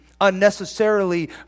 unnecessarily